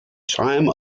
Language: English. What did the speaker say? time